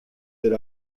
that